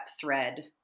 thread